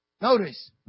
Notice